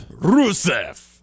Rusev